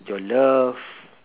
your love